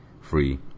free